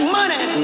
money